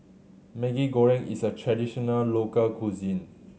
Maggi Goreng is a traditional local cuisine